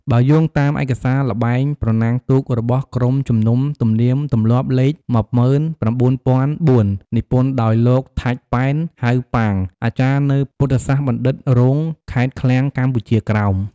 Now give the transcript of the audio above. បើយោងតាម ឯកសារល្បែងប្រណាំងទូករបស់ក្រុមជំនុំទំនៀមទម្លាប់លេខ១៩០០៤ និពន្ធដោយ លោក ថាច់ ប៉ែន ហៅ ប៉ាង អាចារ្យនៅពុទ្ធសាសនបណ្ឌិត្យរង ខេត្តឃ្លាំងកម្ពុជាក្រោម។